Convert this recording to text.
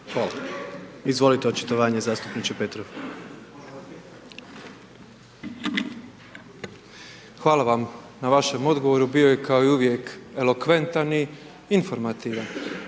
(HDZ)** Izvolite očitovanje zastupniče Petrov. **Petrov, Božo (MOST)** Hvala vam na vašem odgovoru, bio je kao uvijek elokventan i informativan,